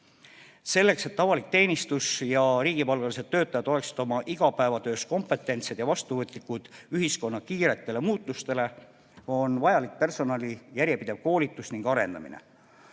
Selleks et avalik teenistus ja riigipalgalised töötajad oleksid oma igapäevatöös kompetentsed ja vastuvõtlikud ühiskonna kiiretele muutustele, on vajalik personali järjepidev koolitus ning arendamine.